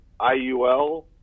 IUL